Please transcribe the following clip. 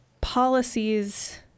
policies